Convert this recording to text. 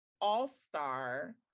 all-star